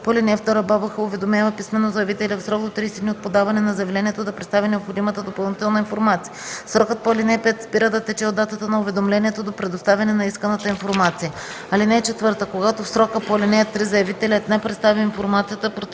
по ал. 2 БАБХ уведомява писмено заявителя в срок до 30 дни от подаване на заявлението да представи необходимата допълнителна информация. Срокът по ал. 5 спира да тече от датата на уведомлението до предоставяне на исканата информация. (4) Когато в срока по ал. 3 заявителят не представи информацията,